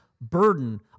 burden